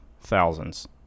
thousands